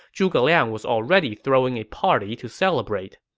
zhuge liang was already throwing a party to celebrate.